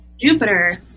Jupiter